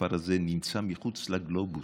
הכפר הזה נמצא מחוץ לגלובוס.